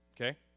okay